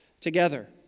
together